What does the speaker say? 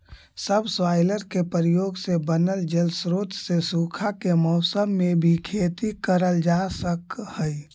subsoiler के प्रयोग से बनल जलस्रोत से सूखा के मौसम में भी खेती करल जा सकऽ हई